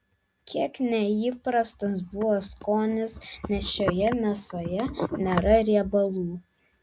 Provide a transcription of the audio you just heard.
kiek neįprastas buvo skonis nes šioje mėsoje nėra riebalų